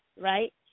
right